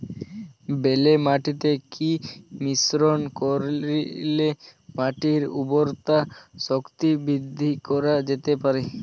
বেলে মাটিতে কি মিশ্রণ করিলে মাটির উর্বরতা শক্তি বৃদ্ধি করা যেতে পারে?